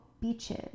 beaches